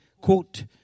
quote